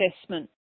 assessment